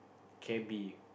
cabby